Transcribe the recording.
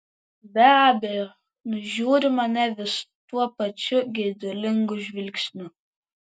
be abejo nužiūri mane vis tuo pačiu geidulingu žvilgsniu